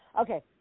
okay